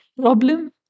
problem